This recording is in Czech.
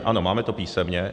Ano, máme to písemně.